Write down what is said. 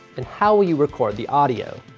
and how will you record the audio.